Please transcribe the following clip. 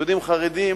יהודים חרדים